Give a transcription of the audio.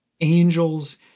angels